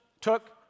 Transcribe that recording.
took